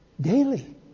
daily